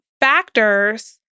factors